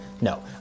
No